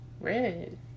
red